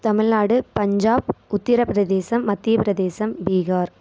Tamil Nadu Punjab Uttar Pradesh Madhya Pradesh Bihar